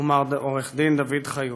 ועורך דין דוד חיות,